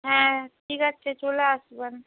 হ্যাঁ ঠিক আছে চলে আসবেন